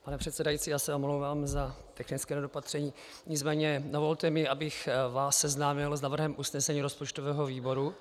Pane předsedající, já se omlouvám za technické nedopatření, nicméně dovolte mi, abych vás seznámil s návrhem usnesení rozpočtového výboru.